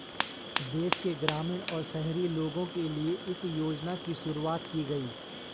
देश के ग्रामीण और शहरी लोगो के लिए इस योजना की शुरूवात की गयी